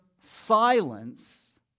silence